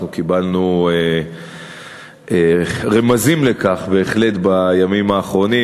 אנחנו בהחלט קיבלנו רמזים לכך בימים האחרונים,